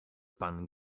pan